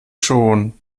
schon